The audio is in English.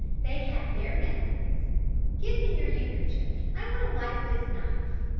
they had their methods give me your handkerchief, i want to wipe this knife.